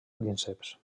prínceps